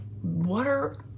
Water